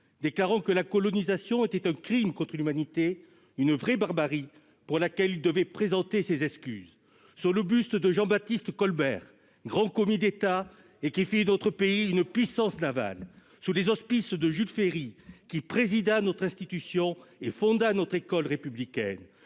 déclarait que la colonisation était un crime contre l'humanité, une vraie barbarie pour laquelle il devait présenter ses excuses ? Sous le buste de Jean-Baptiste Colbert, grand commis d'État qui fit de notre pays une puissance navale, sous les auspices de Jules Ferry, qui présida notre assemblée et fonda notre école républicaine,